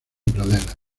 praderas